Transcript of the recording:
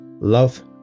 Love